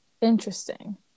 Interesting